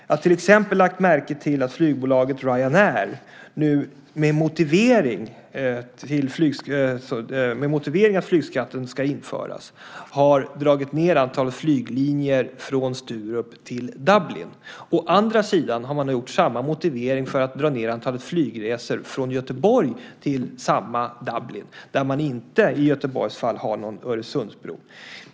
Jag har till exempel lagt märke till att flygbolaget Ryan Air nu med motivering att flygskatten ska införas har dragit ned antalet flyglinjer från Sturup till Dublin. Å andra sidan har man samma motivering för att dra ned antalet flygresor från Göteborg till samma Dublin där man inte har någon Öresundsbro.